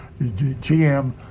GM